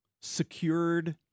Secured